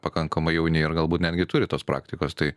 pakankamai jauni ir galbūt netgi turi tos praktikos tai